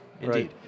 indeed